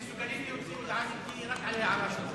הם מסוגלים להוציא הודעה נגדי רק על ההערה שלך,